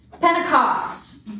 Pentecost